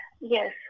yes